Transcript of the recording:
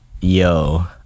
yo